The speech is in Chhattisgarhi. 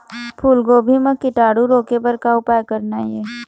फूलगोभी म कीटाणु रोके बर का उपाय करना ये?